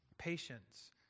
patience